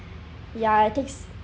ya it takes